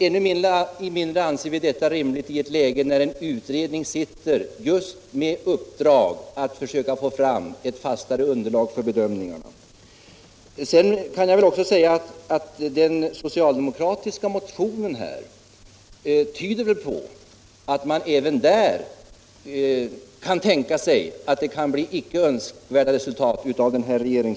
Ännu mindre anser vi detta rimligt när en utredning tillsatts som har i uppdrag att försöka få fram ett fastare underlag för bedömningarna. Den socialdemokratiska motionen i detta ärende tyder väl på att även socialdemokrater kan tänka sig att den föreslagna regeringsfullmakten kan få icke önskvärda resultat.